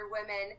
women